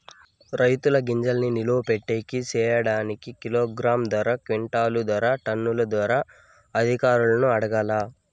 రైతుల గింజల్ని నిలువ పెట్టేకి సేయడానికి కిలోగ్రామ్ ధర, క్వింటాలు ధర, టన్నుల ధరలు అధికారులను అడగాలా?